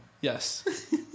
Yes